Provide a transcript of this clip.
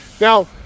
Now